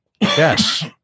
yes